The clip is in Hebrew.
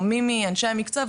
או מי מאנשי המקצוע,